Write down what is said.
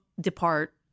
depart